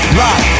rock